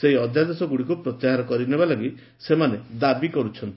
ସେହି ଅଧ୍ୟାଦେଶଗୁଡ଼ିକୁ ପ୍ରତ୍ୟାହାର କରିନେବା ଲାଗି ସେମାନେ ଦାବି କର୍ ଛନ୍ତି